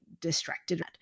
distracted